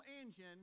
engine